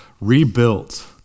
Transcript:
rebuilt